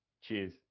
Cheers